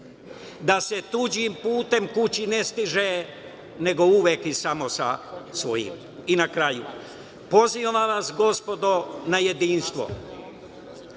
da se tuđim putem kući ne stiže, nego uvek i samo sa svojim. Na kraju, pozivam vas, gospodo, na jedinstvo.